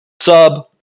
sub